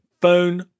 phone